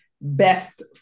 best